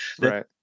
right